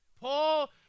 Paul